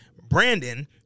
Brandon